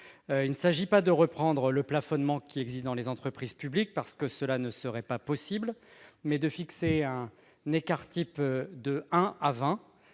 Il s'agit, non pas de reprendre le plafonnement existant dans les entreprises publiques- cela ne serait pas possible -, mais de fixer un écart type de 1 à 20